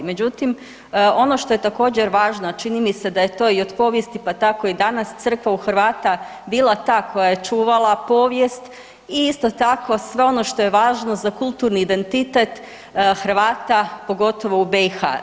Međutim, ono što je također važno, a čini mi se da je to i od povijesti pa tako i danas Crkva u Hrvata bila ta koja je čuvala povijest i isto tako sve ono što je važno za kulturni identitet Hrvata pogotovo u BiH.